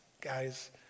guys